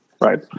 right